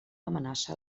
amenaça